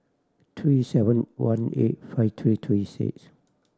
three seven one eight five three three six